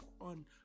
on